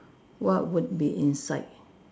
what would be inside